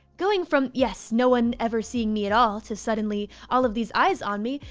going from yes, no one ever seeing me at all to suddenly all of these eyes on me,